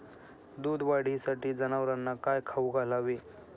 दूध वाढीसाठी जनावरांना काय खाऊ घालावे?